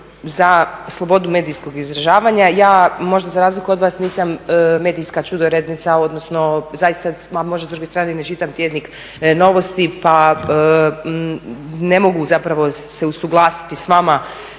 za slobodu medijskog izražavanja, ja možda za razliku od vas nisam medijska čudorednica, odnosno zaista, možda s druge strane i ne čitam tjednik Novosti pa ne mogu zapravo se usuglasiti s vama